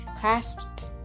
clasped